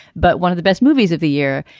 but one of the best movies of the year.